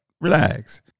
relax